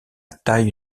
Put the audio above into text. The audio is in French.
taille